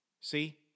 see